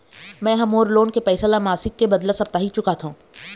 में ह मोर लोन के पैसा ला मासिक के बदला साप्ताहिक चुकाथों